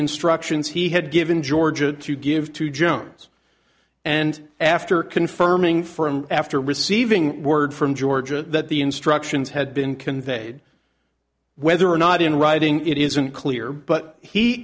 instructions he had given georgia to give to jones and after confirming for him after receiving word from georgia that the instructions had been conveyed whether or not in writing it is unclear but he